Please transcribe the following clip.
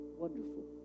wonderful